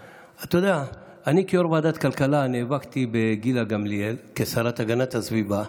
אני כיושב-ראש ועדת כלכלה נאבקתי בגילה גמליאל כשרה להגנת הסביבה.